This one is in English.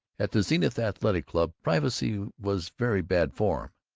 at the zenith athletic club, privacy was very bad form.